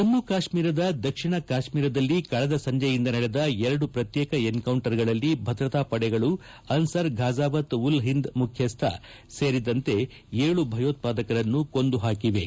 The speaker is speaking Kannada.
ಜಮ್ಮ ಕಾಶ್ಮೀರದ ದಕ್ಷಿಣ ಕಾಶ್ಮೀರದಲ್ಲಿ ಕಳೆದ ಸಂಜೆಯಿಂದ ನಡೆದ ಎರಡು ಪ್ರತ್ಯೇಕ ಎನ್ಕೌಂಟರ್ಗಳಲ್ಲಿ ಭದ್ರತಾ ಪಡೆಗಳು ಅನ್ನರ್ ಘಾಜಾವತ್ ಉಲ್ ಒಂದ್ ಮುಖ್ಯಸ್ತ ಸೇರಿದಂತೆ ಏಳು ಭಯೋತ್ವಾದಕರನ್ನು ಕೊಂದು ಪಾಕಿವೆ